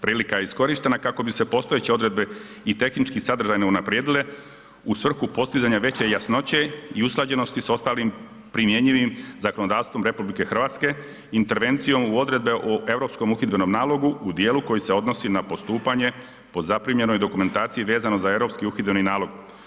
Prilika je iskorištena kako bi se postojeće odredbe i tehnički sadržaj unaprijedile, u svrhu postizanja veće jasnoće i usklađenosti s ostalim primjenjivim zakonodavstvom RH intervencijom u odredbe o Europskom uhidbenom nalogu u dijelu koji se odnosi na postupanje po zaprimljenoj dokumentaciji vezano za Europski uhidbeni nalog.